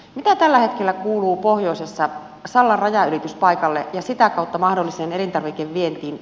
mitä tällä hetkellä kuuluu pohjoisessa sallan rajanylityspaikalle ja sitä kautta mahdolliselle elintarvikeviennille